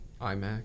iMac